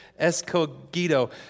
Escogido